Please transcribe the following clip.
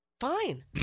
fine